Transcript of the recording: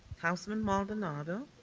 councilman maldonado.